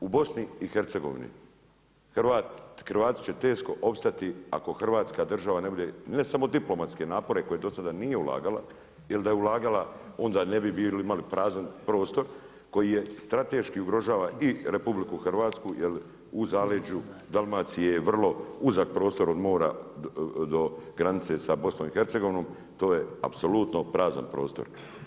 U BiH Hrvati će teško opstati ako Hrvatska država ne bude ne samo diplomatske napore koje do sada nije ulagala, jel da je ulagala onda ne bi imali prazan prostor koji strateški ugrožava i RH jel u zaleđu Dalmacije je vrlo uzak prostor od mora do granice sa BiH, to je apsolutno prazan prostor.